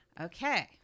Okay